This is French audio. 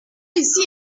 ici